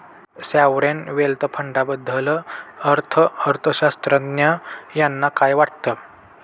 Sovereign wealth फंडाबद्दल अर्थअर्थशास्त्रज्ञ यांना काय वाटतं?